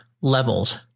levels